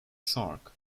sark